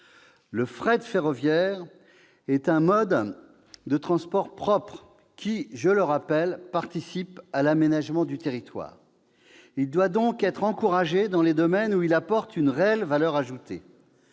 Le fret ferroviaire est un mode de transport propre, qui, je le rappelle, participe à l'aménagement du territoire. Il doit par conséquent être encouragé dans les domaines où il apporte une réelle valeur ajoutée,